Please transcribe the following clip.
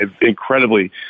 incredibly